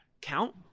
count